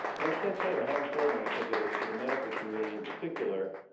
and i can't tell you how important i think it is for the medical community in particular